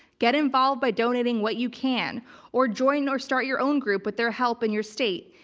get involved by donating what you can or join or start your own group with their help in your state.